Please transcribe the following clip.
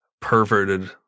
perverted